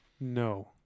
No